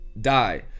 die